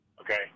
Okay